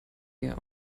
mir